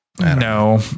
No